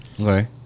Okay